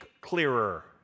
clearer